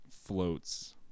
Floats